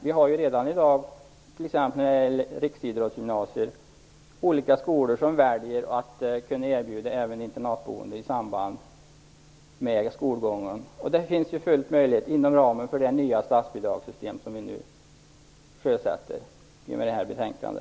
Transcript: Vi har ju redan i dag t.ex. när det gäller riksidrottsgymnasierna olika skolor som väljer möjligheten att erbjuda även internatboende i samband med skolgången. Det är fullt möjligt inom ramen för det nya statsbidragssystem som vi sjösätter i och med detta betänkande.